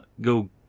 go